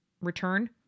return